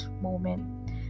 moment